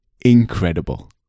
incredible